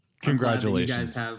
congratulations